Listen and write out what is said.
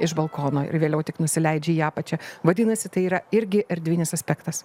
iš balkono ir vėliau tik nusileidžia į apačią vadinasi tai yra irgi erdvinis aspektas